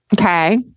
Okay